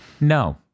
No